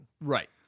Right